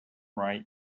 right